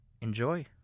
enjoy